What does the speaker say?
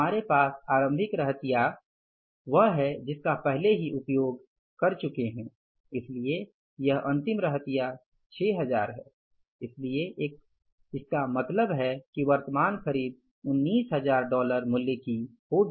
हमारे पास आरंभिक रहतिया वह है जिसका पहले ही उपयोग कर चुके हैं इसलिए यह अंतिम रहतिया 6000 है इसलिए इसका मतलब है कि वर्तमान खरीद 19000 डॉलर मूल्य होगी